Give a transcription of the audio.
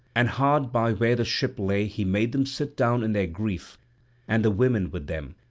and hard by where the ship lay he made them sit down in their grief and the women with them,